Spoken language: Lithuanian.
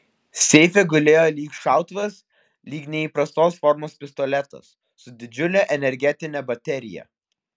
seife gulėjo lyg šautuvas lyg neįprastos formos pistoletas su didžiule energetine baterija